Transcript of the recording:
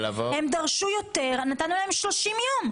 הם דרשו יותר נתנו להם 30 יום.